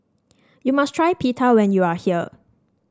you must try Pita when you are here